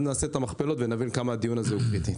נעשה את המכפלות ונבין כמה הדיון הזה הוא קריטי.